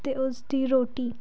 ਅਤੇ ਉਸ ਦੀ ਰੋਟੀ